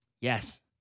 Yes